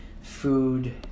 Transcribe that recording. food